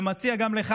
ומציע גם לך,